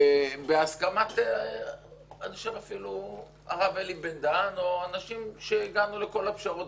בהסכמת הרב אלי בן דהן ואנשים שהגענו אתם לכל הפשרות,